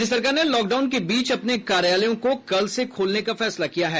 राज्य सरकार ने लॉकडाउन के बीच अपने कार्यालयों को कल से खोलने का फैसला किया है